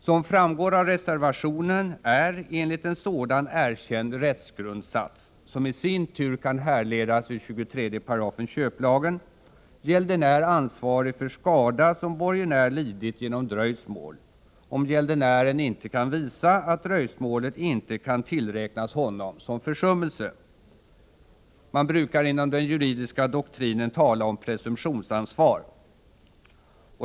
Som framgår av reservationen är enligt en sådan erkänd rättsgrundsats, som i sin tur kan härledas ur 23 § köplagen, gäldenär ansvarig för skada som borgenär lidit genom dröjsmål, om gäldenären inte kan visa att dröjsmålet inte kan tillräknas honom såsom försummelse. Man brukar inom den juridiska doktrinen tala om presumtionsansvar.